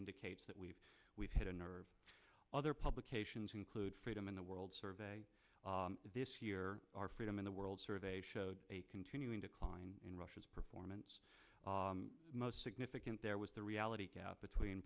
indicates that we've we've hit a nerve other publications include freedom in the world survey this year our freedom in the world survey showed a continuing decline in russia's performance most significant there was the reality gap between